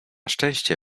szczęście